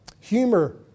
Humor